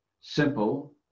simple